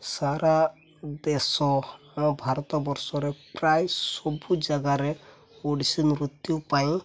ସାରା ଦେଶ ଆମ ଭାରତ ବର୍ଷରେ ପ୍ରାୟ ସବୁ ଜାଗାରେ ଓଡ଼ିଶୀ ନୃତ୍ୟ ପାଇଁ